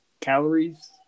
calories